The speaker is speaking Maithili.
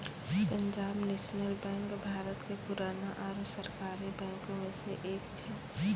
पंजाब नेशनल बैंक भारत के पुराना आरु सरकारी बैंको मे से एक छै